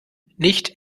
nicht